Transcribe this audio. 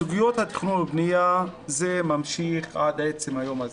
בסוגיות התכנון זה והבניה ממשיך עד עצם היום הזה.